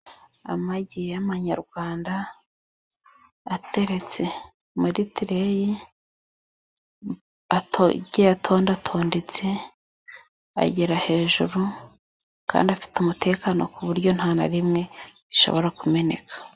Amagi y'amanyarwanda ateretse muri tereyi agiye atondatondetse agera hejuru kandi afite umutekano ku buryo nta na rimwe rishobora kumeneka.